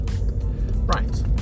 right